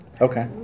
Okay